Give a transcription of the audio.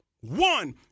one